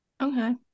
Okay